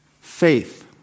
faith